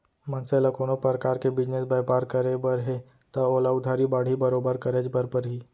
मनसे ल कोनो परकार के बिजनेस बयपार करे बर हे तव ओला उधारी बाड़ही बरोबर करेच बर परही